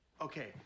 Okay